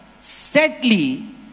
Sadly